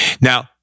now